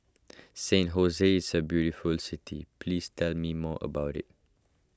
San is a beautiful city please tell me more about it